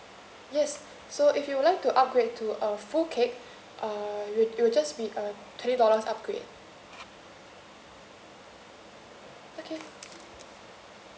yes so if you would like to upgrade to a full cake err it'll it'll just be a twenty dollars upgrade okay